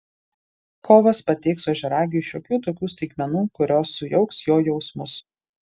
kovas pateiks ožiaragiui šiokių tokių staigmenų kurios sujauks jo jausmus